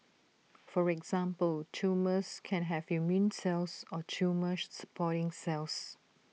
for example tumours can have immune cells or tumour supporting cells